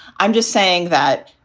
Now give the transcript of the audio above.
i'm just saying that,